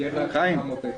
שיהיה בהצלחה, מותק.